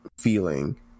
feeling